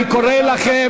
אני קורא אתכן,